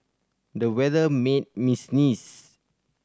the weather made me sneeze